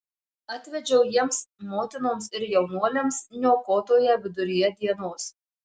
atvedžiau jiems motinoms ir jaunuoliams niokotoją viduryje dienos